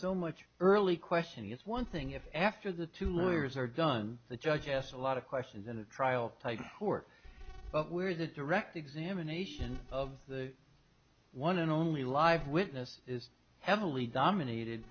so much early questioning it's one thing if after the two lawyers are done the judge asked a lot of questions in the trial court where the direct examination of the one and only live witness is heavily dominated